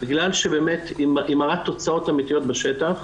בגלל שבאמת היא מראה תוצאות אמתיות בשטח,